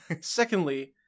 Secondly